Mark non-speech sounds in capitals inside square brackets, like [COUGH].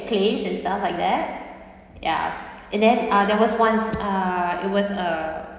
claims and stuff like that ya and then ah there was once [NOISE] ah it was a